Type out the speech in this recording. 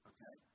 Okay